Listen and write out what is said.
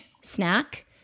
snack